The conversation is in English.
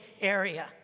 Area